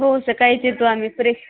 हो सकाळीच येतो आम्ही फ्रेश